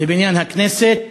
לבניין הכנסת,